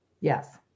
Yes